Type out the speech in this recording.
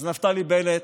אז נפתלי בנט,